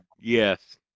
Yes